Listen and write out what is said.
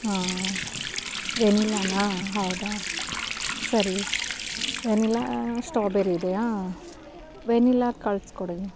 ವೆನಿಲ್ಲನ ಹೌದಾ ಸರಿ vanilla strawberry ಇದೆಯಾ ವೆನಿಲ್ಲ ಕಳ್ಸ್ಕೊಡಿ